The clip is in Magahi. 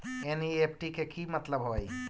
एन.ई.एफ.टी के कि मतलब होइ?